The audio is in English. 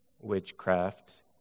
Witchcraft